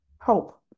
hope